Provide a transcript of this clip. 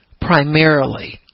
primarily